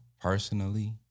personally